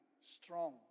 strong